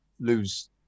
lose